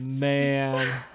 man